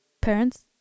parents